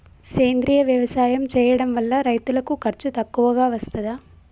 సేంద్రీయ వ్యవసాయం చేయడం వల్ల రైతులకు ఖర్చు తక్కువగా వస్తదా?